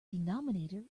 denominator